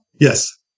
yes